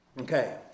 Okay